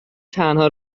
تنها